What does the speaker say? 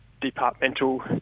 departmental